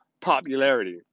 popularity